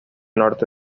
norte